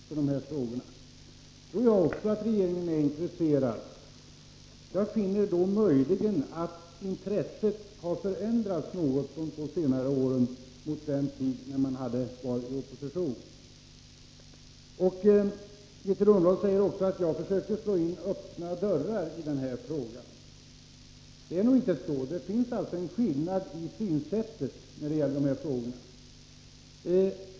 Herr talman! Grethe Lundblad säger att regeringen är intresserad av dessa frågor. Det tror jag också att den är. Jag finner möjligen att socialdemokraternas intresse har förändrats något under de två senaste åren mot när de var i opposition. Grethe Lundblad säger att jag försöker slå in öppna dörrar. Så är det inte. Det finns en skillnad mellan oss i synen på dessa frågor.